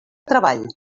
treball